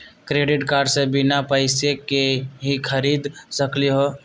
Credit card से बिना पैसे के ही खरीद सकली ह?